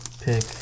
pick